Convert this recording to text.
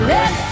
Let